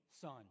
son